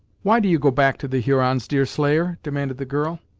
why do you go back to the hurons, deerslayer? demanded the girl.